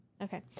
Okay